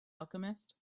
alchemist